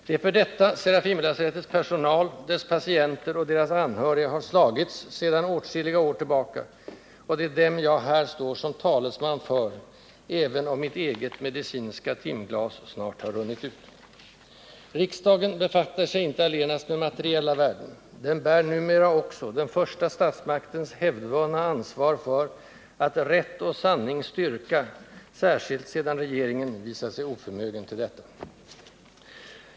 Det är för detta Serafimerlasarettets personal, dess patienter och deras anhöriga har slagits sedan åtskilliga år tillbaka, och det är dem jag här står som talesman för, även om mitt eget medicinska timglas snart har runnit ut. Riksdagen befattar sig icke allenast med materiella värden. Den bär numera också den första statsmaktens hävdvunna ansvar för att ”rätt och sanning styrka”, särskilt sedan regeringen visat sig oförmögen till detta.